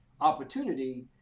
opportunity